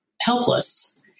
helpless